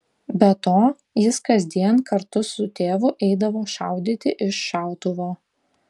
be to jis kasdien kartu su tėvu eidavo šaudyti iš šautuvo